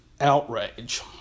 outrage